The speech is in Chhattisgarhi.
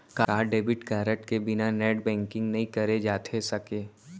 का डेबिट कारड के बिना नेट बैंकिंग नई करे जाथे सके?